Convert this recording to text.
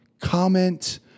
comment